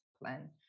plan